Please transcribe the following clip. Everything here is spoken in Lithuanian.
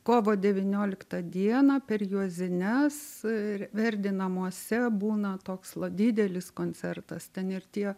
kovo devynioliktą dieną per juozines ir verdi namuose būna toks didelis koncertas ten ir tie